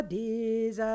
days